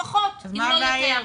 לפחות, אם לא יותר.